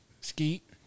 skeet